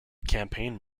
campaign